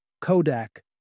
Kodak